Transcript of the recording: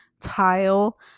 tile